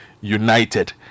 United